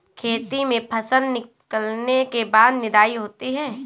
खेती में फसल निकलने के बाद निदाई होती हैं?